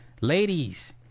ladies